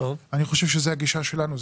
אני חושב שזו הגישה שלנו,